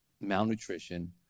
malnutrition